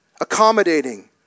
accommodating